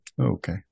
Okay